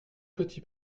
petit